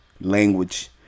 Language